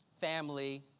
family